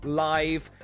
live